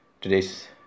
Today's